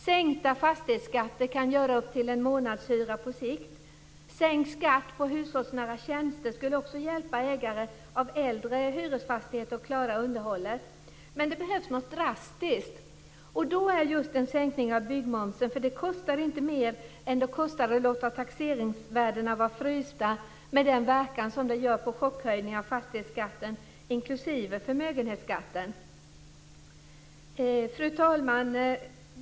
Sänkta fastighetsskatter kan göra upp till en månadshyra på sikt. Sänkt skatt på hushållsnära tjänster skulle också hjälpa ägare av äldre hyresfastigheter att klara underhållet. Men det behövs någonting drastiskt, t.ex. en sänkning av byggmomsen. Det skulle inte kosta mer än det kostar att låta taxeringsvärdena vara frysta med den verkan som det får, en chockhöjning av fastighetsskatten inklusive förmögenhetsskatten. Fru talman!